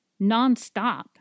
nonstop